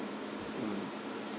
mm